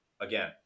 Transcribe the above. again